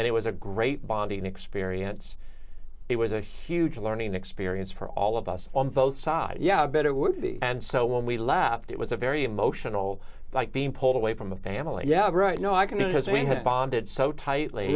and it was a great bonding experience it was a huge learning experience for all of us on both sides yeah better work and so when we lapped it was a very emotional like being pulled away from the family yeah right no i can as we had bonded so tightly